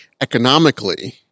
economically